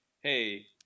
hey